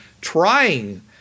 Trying